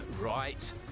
right